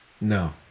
No